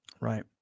Right